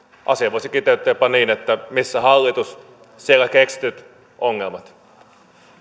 asian voisi kiteyttää jopa niin että missä hallitus siellä keksityt ongelmat